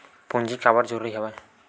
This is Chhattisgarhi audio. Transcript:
पूंजी काबर जरूरी हवय?